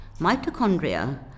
Mitochondria